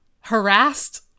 harassed